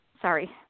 sorry